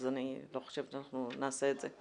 אז אני לא חושבת שאנחנו נעשה את זה.